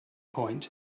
point